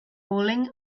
rolling